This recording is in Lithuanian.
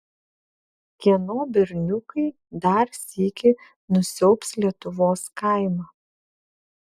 kieno berniukai dar sykį nusiaubs lietuvos kaimą